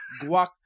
guac